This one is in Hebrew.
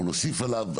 אנחנו נוסיף עליו,